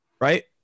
right